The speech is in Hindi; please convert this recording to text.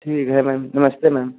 ठीक है मैम नमस्ते मैम